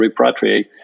repatriate